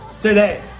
today